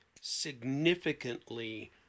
significantly